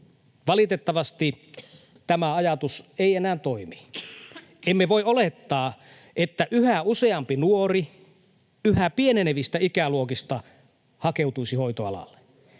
Valitettavasti tämä ajatus ei enää toimi. Emme voi olettaa, että yhä useampi nuori yhä pienenevistä ikäluokista hakeutuisi hoitoalalle.